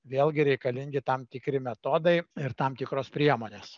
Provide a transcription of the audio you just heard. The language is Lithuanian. vėlgi reikalingi tam tikri metodai ir tam tikros priemonės